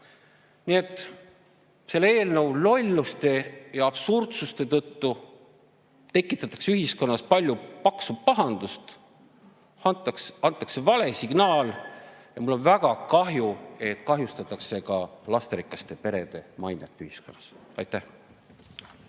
et selle eelnõu lolluste ja absurdsuste tõttu tekitatakse ühiskonnas palju paksu pahandust, antakse vale signaal. Ja mul on väga kahju, et sellega kahjustatakse ka lasterikaste perede mainet ühiskonnas. Aitäh!